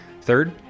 Third